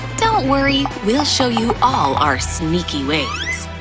don't worry, we'll show you all our sneaky ways.